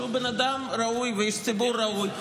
שהוא בן אדם ראוי ואיש ציבור ראוי,